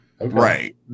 Right